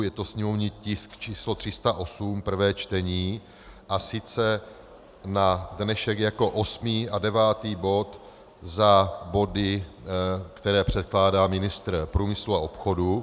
Je to sněmovní tisk číslo 308, prvé čtení, a sice na dnešek jako osmý a devátý bod za body, které předkládá ministr průmyslu a obchodu.